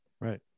right